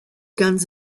guns